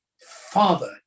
Father